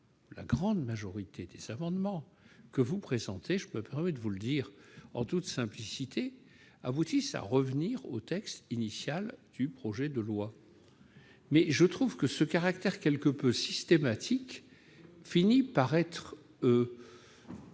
la grande majorité des amendements que vous présentez, permettez-moi de vous le dire en toute simplicité, visent à revenir au texte initial du projet de loi. Ce caractère quelque peu systématique finit par poser